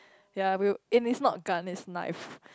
ya we'll and it's not gun it's knife